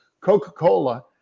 Coca-Cola